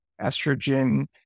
estrogen